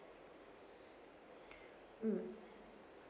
mm